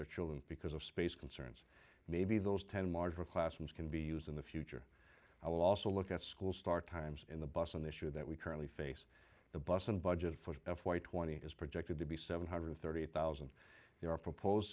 their children because of space concerns maybe those ten marginal classrooms can be used in the future i will also look at school start times in the bus an issue that we currently face the bus and budget for f y twenty is projected to be seven hundred and thirty thousand there are proposed